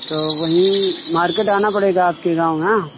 तो वही मार्केट आना पड़ेगा आपके गाँव ना